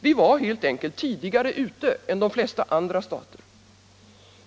Vi var helt enkelt tidigare ute än de flesta andra stater.